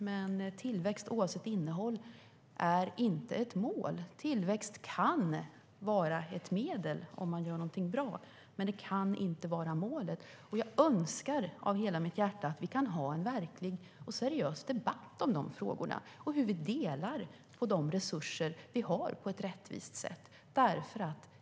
Men tillväxt oavsett innehåll är inte ett mål. Tillväxt kan vara ett medel om man gör något bra. Men det kan inte vara målet. Jag önskar av hela mitt hjärta att vi kan ha en verklig och seriös debatt om de frågorna och om hur vi delar på de resurser vi har på ett rättvist sätt.